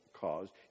caused